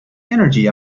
energy